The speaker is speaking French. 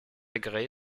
gray